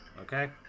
Okay